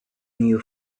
new